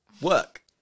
work